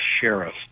sheriff